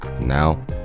Now